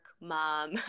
mom